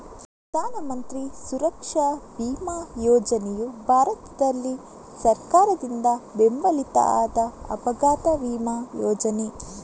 ಪ್ರಧಾನ ಮಂತ್ರಿ ಸುರಕ್ಷಾ ಬಿಮಾ ಯೋಜನೆಯು ಭಾರತದಲ್ಲಿ ಸರ್ಕಾರದಿಂದ ಬೆಂಬಲಿತ ಆದ ಅಪಘಾತ ವಿಮಾ ಯೋಜನೆ